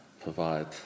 provide